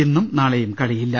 ഇന്നും നാളെയും കളിയില്ല